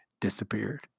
disappeared